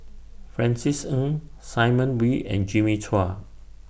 Francis Ng Simon Wee and Jimmy Chua